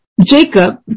Jacob